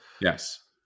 yes